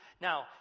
Now